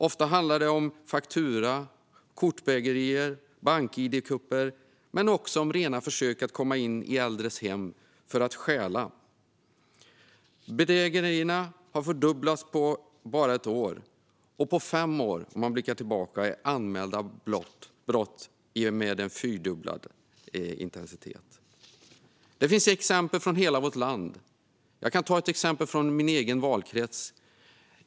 Ofta handlar det om faktura och kortbedrägerier eller bank-id-kupper men också om rena försök att komma in i äldres hem för att stjäla. Bedrägerierna har fördubblats på bara ett år. Blickar vi tillbaka fem år ser vi att antalet anmälda brott har fyrdubblats. Det finns exempel från hela vårt land. Jag kan ta ett exempel från min egen valkrets.